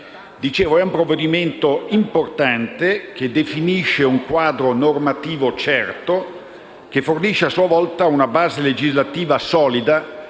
problema. È un provvedimento importante, che definisce un quadro normativo certo, che fornisce a sua volta una base legislativa solida